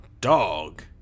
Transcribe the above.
dog